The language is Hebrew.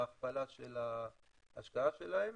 להכפלה של ההשקעה שלהם.